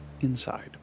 inside